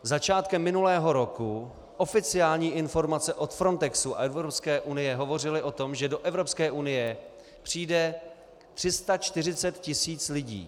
Začátkem minulého roku oficiální informace od Frontexu a Evropské unie hovořily o tom, že do Evropské unie přijde 340 tisíc lidí.